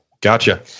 Gotcha